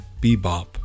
bebop